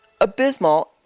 Abysmal